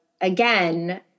again